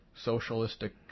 socialistic